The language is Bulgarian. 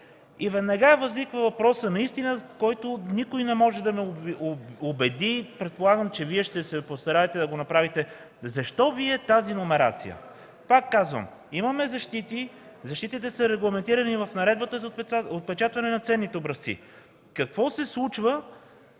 И веднага възниква въпросът, който никой не може да ме убеди, предполагам, че Вие ще се постараете да го направите, защо Ви е тази номерация? Пак казвам: имаме защити. Защитите са регламентирани в наредбата за отпечатване на ценните образци. Какво се случва?